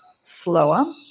slower